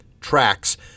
tracks